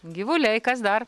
gyvuliai kas dar